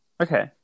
Okay